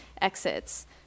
exits